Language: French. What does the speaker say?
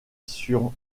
sur